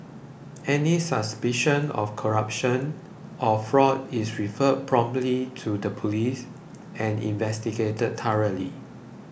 any suspicion of corruption or fraud is referred promptly to the police and investigated thoroughly